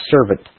servant